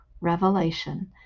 Revelation